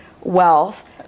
wealth